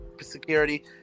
security